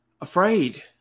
afraid